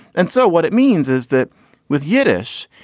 and so what it means is that with yiddish,